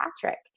Patrick